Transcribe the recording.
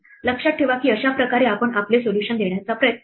लक्षात ठेवा की अशा प्रकारे आपण आपले सोल्युशन देण्याचा प्रयत्न करतो